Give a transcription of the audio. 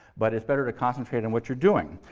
but it's better to concentrate on what you're doing.